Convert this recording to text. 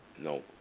No